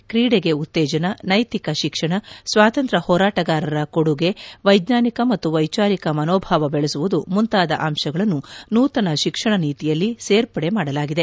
ಶಾಲಾ ಪಕ್ಯಗಳ ಹೊರೆ ಇಳಿಕೆ ಕ್ರೀಡೆಗೆ ಉತ್ತೇಜನ ನೈತಿಕ ಶಿಕ್ಷಣ ಸ್ವಾತಂತ್ರ್ ಹೋರಾಟಗಾರರ ಕೊಡುಗೆ ವೈಜ್ಞಾನಿಕ ಮತ್ತು ವೈಚಾರಿಕ ಮನೋಭಾವ ಬೆಳೆಸುವುದು ಮುಂತಾದ ಅಂಶಗಳನ್ನು ನೂತನ ಶಿಕ್ಷಣ ನೀತಿಯಲ್ಲಿ ಸೇರ್ಪಡೆ ಮಾಡಲಾಗಿದೆ